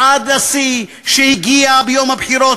ועד לשיא שהגיע ביום הבחירות,